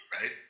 right